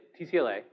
TCLA